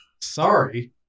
Sorry